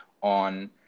on